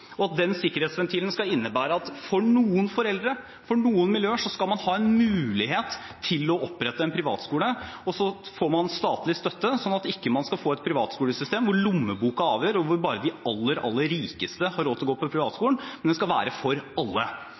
og at den sikkerhetsventilen skal innebære at for noen foreldre, for noen miljøer, skal man ha en mulighet til å opprette en privatskole, og så får man statlig støtte, sånn at man ikke skal få et privatskolesystem hvor lommeboka avgjør, og hvor bare de aller, aller rikeste har råd til å gå på privatskole, men den skal være for alle.